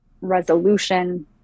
resolution